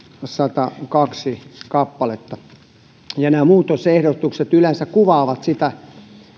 satakaksi kappaletta nämä muutosehdotukset yleensä kuvaavat sitä